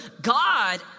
God